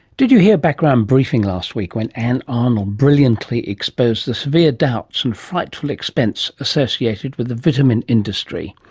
did you hear background briefing last week when ann arnold brilliantly exposed the severe doubts and frightful expense associated with the vitamin industry?